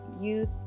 youth